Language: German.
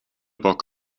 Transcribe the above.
bock